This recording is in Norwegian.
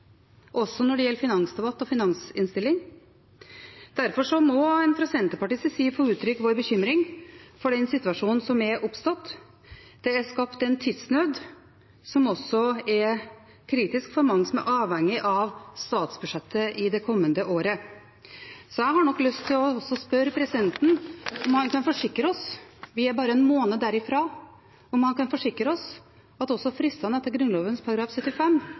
også når det gjelder finansdebatt og finansinnstilling. Derfor må vi fra Senterpartiets side få uttrykke vår bekymring over den situasjonen som er oppstått. Det er skapt en tidsnød som også er kritisk for mange som er avhengig av statsbudsjettet i det kommende året. Så jeg har lyst til å spørre presidenten om han kan forsikre oss om – vi er bare en måned derifra – at også fristene etter Grunnloven § 75